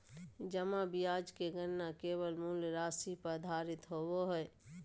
जमा ब्याज के गणना केवल मूल राशि पर आधारित होबो हइ